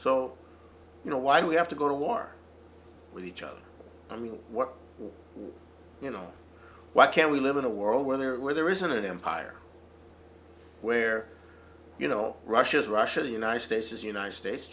so you know why do we have to go to war with each other i mean what you know why can't we live in a world where there where there isn't an empire where you know russia is russia the united states is united states